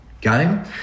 game